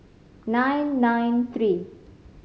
nine nine three